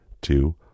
two